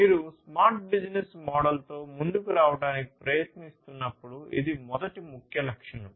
మీరు smart business మోడల్తో ముందుకు రావడానికి ప్రయత్నిస్తున్నప్పుడు ఇది మొదటి ముఖ్య లక్షణం